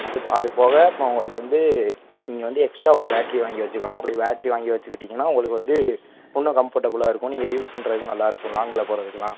அது அது போக இப்போ உங்களுக்கு வந்து நீங்கள் வந்து எக்ஸ்ட்ரா ஒரு பேட்ரி வாங்கி வச்சுக்கலாம் அப்படி பேட்ரி வச்சுக்கிட்டீங்கன்னா உங்களுக்கு வந்து இன்னும் கம்ஃபர்டபிளாக இருக்கும் நீங்கள் யூஸ் பண்ணுறதுக்கும் நல்லாயிருக்கும் லாங்கில் போகிறதுக்குலாம்